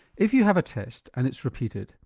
if you have a test, and it's repeated,